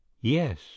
yes